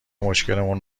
مشکلمون